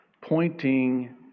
pointing